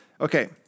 okay